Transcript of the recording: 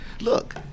look